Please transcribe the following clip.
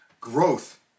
Growth